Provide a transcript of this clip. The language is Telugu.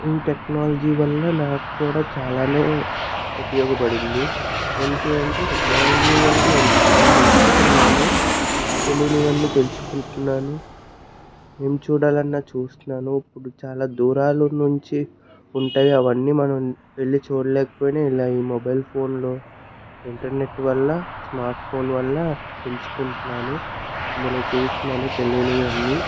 ఈ టెక్నాలజీ వల్ల నాకు కూడా చాలానే ఉపయోగపడింది ఏమిటి అంటే టెక్నాలజీ వల్ల నేను చాలా నేర్చుకున్నాను తెలియనవన్నీ తెలుసుకుంటున్నాను ఏం చూడాలన్న చూస్తున్నాను ఇప్పుడు చాలా దూరాలు నుంచి ఉంటాయి అవన్నీ మనం వెళ్లి చూడలేకపోయినా ఇలా మొబైల్ ఫోన్లో ఇంటర్నెట్ వల్ల స్మార్ట్ ఫోన్ వల్ల తెలుసుకుంటున్నాను ఇందులో చూస్తున్నాను తెలియనవన్నీ